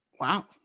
Wow